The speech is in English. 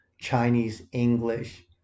Chinese-English